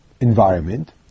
environment